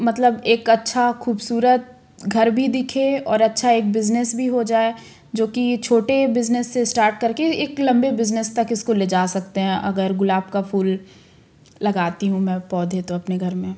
मतलब एक अच्छा खूबसूरत घर भी दिखे और अच्छा एक बिज़नेस भी हो जाए जो कि छोटे बिज़नेस से इस्टार्ट करके एक लम्बे बिज़नेस तक इसको ले जा सकते हैं अगर गुलाब का फूल लगाती हूँ मैं पौधे तो अपने घर में